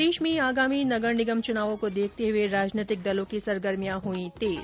प्रदेश में आगामी नगर निगम चुनावों को देखते हुए राजनैतिक दलों की सरगर्मियां हुई तेज